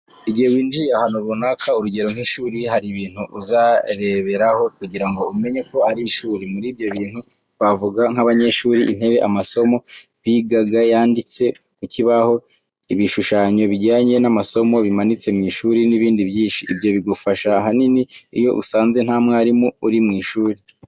Igihe winjiye ahantu runaka ,urugero nk'ishuri, hari ibintu uzareberaho kugira ngo umenye ko ari ishuri. Muri ibyo bintu twavuga nk'abanyeshuri, intebe ,amasomo bigaga yanditse ku kibaho, ibishushanyo bijyanye n'amasomo bimanitse mu ishuri n'ibindi byinshi. Ibyo bigufasha ahanini iyo usanze nta mwarimu uri mu ishuri.